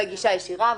גופי הגישה הישירה.